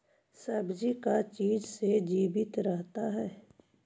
सब्जी का चीज से जीवित रहता है?